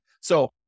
So-